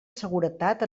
seguretat